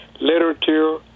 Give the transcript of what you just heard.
literature